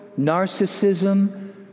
narcissism